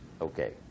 Okay